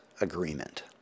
agreement